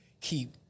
keep